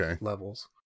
levels